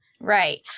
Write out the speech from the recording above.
right